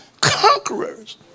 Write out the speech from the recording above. conquerors